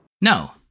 No